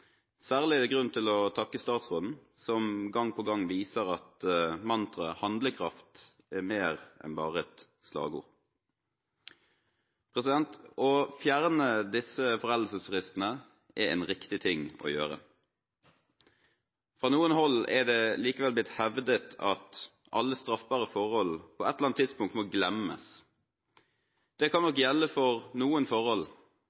Særlig er det grunn til å takke statsråden, som gang på gang viser at mantraet «handlekraft» er mer enn bare et slagord. Å fjerne disse foreldelsesfristene er en riktig ting å gjøre. Fra noen hold er det likevel blitt hevdet at alle straffbare forhold på et eller annet tidspunkt må glemmes. Det kan nok gjelde for noen forhold,